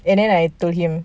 and then I told him